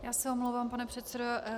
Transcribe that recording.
Já se omlouvám, pane předsedo.